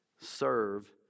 serve